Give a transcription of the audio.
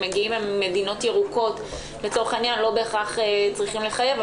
אם מגיעים ממדינות "ירוקות" לא בהכרח צריך לחייב.